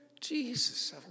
Jesus